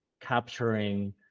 capturing